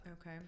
okay